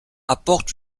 apportent